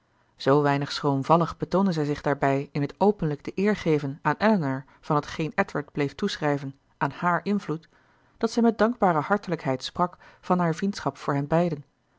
zoo weinig schroomvallig betoonde zij zich daarbij in het openlijk de eer geven aan elinor van t geen edward bleef toeschrijven aan hààr invloed dat zij met dankbare hartelijkheid sprak van hare vriendschap voor hen beiden